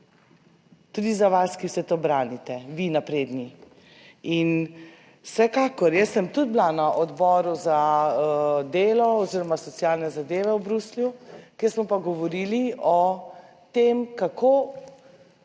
tudi za vas, ki vse to branite, vi napredni. In vsekakor jaz sem tudi bila na odboru za delo oziroma socialne zadeve v Bruslju, kjer smo pa govorili o tem, kako